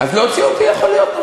אז להוציא אותי, יכול להיות.